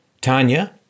Tanya